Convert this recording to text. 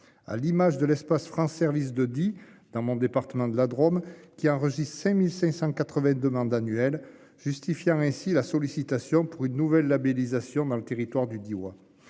à l'image de l'espace France service de dans mon département de la Drôme qui enregistre 5581 demandes annuelles, justifiant ainsi la sollicitation. Pour une nouvelle labellisation dans le territoire du Diois,